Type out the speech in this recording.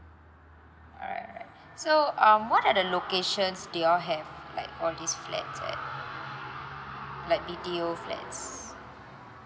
alright alright so um what are the locations do you all have like all this flat at like B_T_O flat